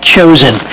chosen